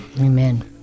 Amen